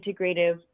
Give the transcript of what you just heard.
integrative